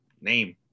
name